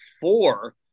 four